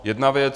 Jedna věc.